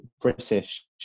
British